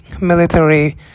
military